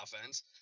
offense